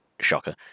shocker